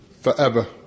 forever